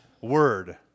word